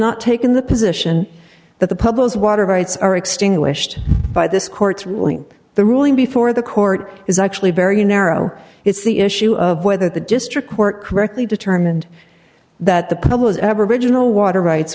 not taken the position that the public is water rights are extinguished by this court's ruling the ruling before the court is actually very narrow it's the issue of whether the district court correctly determined that the aboriginal water rights